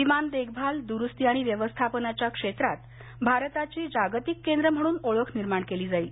विमान देखभाल दुरुस्ती आणि व्यवस्थापनाच्या क्षेत्रात भारताची जागतिक केंद्र म्हणून ओळख निर्माण केली जाईल